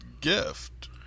gift